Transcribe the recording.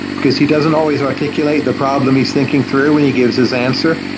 because he doesn't always articulate the problem he's thinking through when he gives his answer,